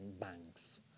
banks